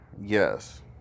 Yes